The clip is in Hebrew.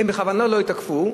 הם בכוונה לא יתקפו,